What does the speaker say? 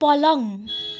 पलङ